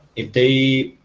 if they